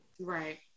Right